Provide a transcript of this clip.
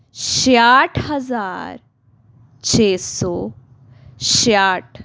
ਛਿਆਹਠ ਹਜ਼ਾਰ ਛੇ ਸੌ ਛਿਆਹਠ